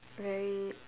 very